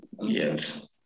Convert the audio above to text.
Yes